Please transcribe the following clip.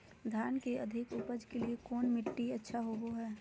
धान के अधिक उपज के लिऐ कौन मट्टी अच्छा होबो है?